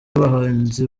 abahanzi